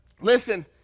listen